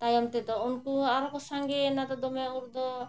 ᱛᱟᱭᱚᱢ ᱛᱮᱫᱚ ᱩᱱᱠᱩ ᱟᱨᱦᱚᱸ ᱠᱚ ᱥᱟᱸᱜᱮᱭᱮᱱᱟ ᱫᱚᱢᱮ ᱩᱱᱨᱮᱫᱚ